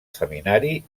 seminari